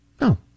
no